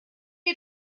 had